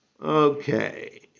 Okay